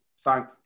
thank